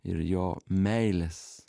ir jo meilės